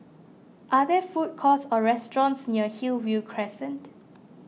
are there food courts or restaurants near Hillview Crescent